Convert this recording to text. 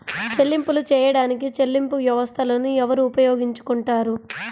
చెల్లింపులు చేయడానికి చెల్లింపు వ్యవస్థలను ఎవరు ఉపయోగించుకొంటారు?